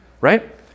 right